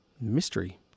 mystery